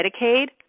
Medicaid